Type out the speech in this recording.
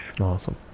Awesome